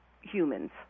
humans